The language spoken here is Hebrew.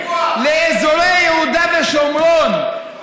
לאזורי יהודה ושומרון,